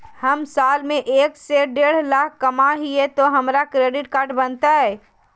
हम साल में एक से देढ लाख कमा हिये तो हमरा क्रेडिट कार्ड बनते?